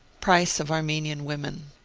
price of armenian women.